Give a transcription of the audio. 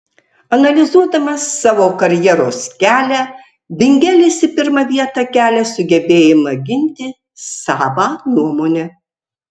analizuodamas savo karjeros kelią bingelis į pirmą vietą kelia sugebėjimą ginti savą nuomonę